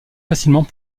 facilement